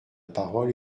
parole